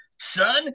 Son